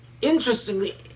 interestingly